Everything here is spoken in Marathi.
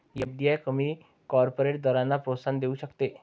एफ.डी.आय कमी कॉर्पोरेट दरांना प्रोत्साहन देऊ शकते